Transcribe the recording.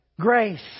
grace